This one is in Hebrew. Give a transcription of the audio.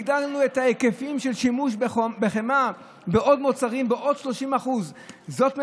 הגדלנו את ההיקפים של שימוש בחמאה ועוד מוצרים בעוד 30%. זאת ממשלה,